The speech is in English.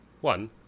One